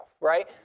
right